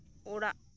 ᱚᱲᱟᱜ